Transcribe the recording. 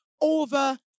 over